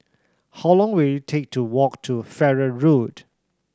how long will it take to walk to Farrer Road